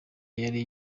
yari